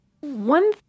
One